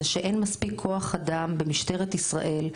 זה שאין מספיק כוח אדם במשטרת ישראל,